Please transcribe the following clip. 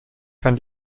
kann